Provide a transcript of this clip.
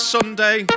Sunday